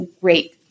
great